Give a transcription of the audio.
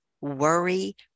worry